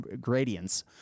gradients